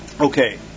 Okay